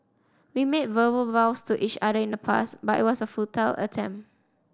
we made verbal vows to each other in the past but it was a futile attempt